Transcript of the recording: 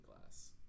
glass